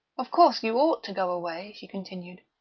of course, you ought to go away, she continued.